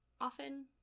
often